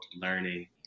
learning